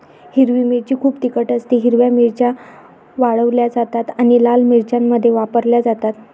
हिरवी मिरची खूप तिखट असतेः हिरव्या मिरच्या वाळवल्या जातात आणि लाल मिरच्यांमध्ये वापरल्या जातात